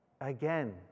Again